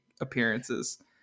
appearances